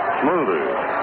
smoother